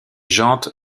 jantes